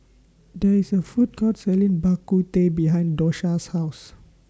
There IS A Food Court Selling Bak Kut Teh behind Dosha's House